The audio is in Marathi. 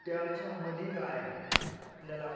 त्याच्यामध्ये काय आहे आपल्याला